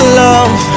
love